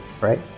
right